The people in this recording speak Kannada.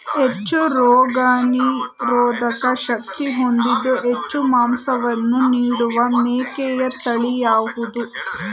ಹೆಚ್ಚು ರೋಗನಿರೋಧಕ ಶಕ್ತಿ ಹೊಂದಿದ್ದು ಹೆಚ್ಚು ಮಾಂಸವನ್ನು ನೀಡುವ ಮೇಕೆಯ ತಳಿ ಯಾವುದು?